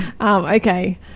Okay